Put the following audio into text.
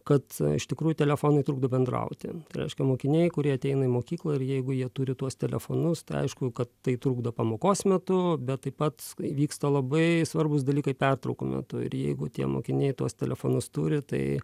kad iš tikrųjų telefonai trukdo bendrauti tai reiškia mokiniai kurie ateina į mokyklą ir jeigu jie turi tuos telefonus tai aišku kad tai trukdo pamokos metu bet taip pat vyksta labai svarbūs dalykai pertraukų metu ir jeigu tie mokiniai tuos telefonus turi tai